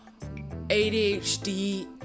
ADHD